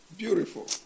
Beautiful